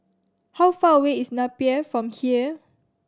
how far away is Napier from here